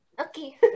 Okay